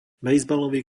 bejzbalový